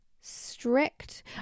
strict